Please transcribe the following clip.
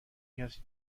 کسی